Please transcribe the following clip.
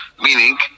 meaning